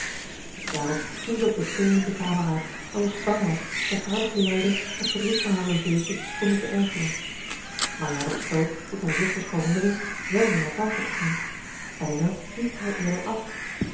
daarop ging zij op de teenen de kamer uit alsof zij bang was dat harde geluiden het verdriet van haar logéetje konden verergeren marianne besloot tot haar zuster's verwondering wel mee aan tafel te gaan elinor ried het haar eerder af